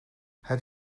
het